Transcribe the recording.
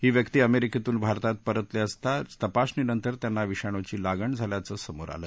ही व्यक्ती अमेरिकेतून भारतात परतले असता तपासणीनंतर त्यांना विषाणूची लागण झाल्याचं समोर आलं